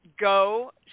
go